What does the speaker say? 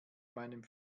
meinem